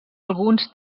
alguns